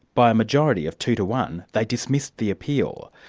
by a majority of two to one, they dismissed the appeal.